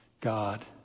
God